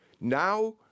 now